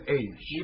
age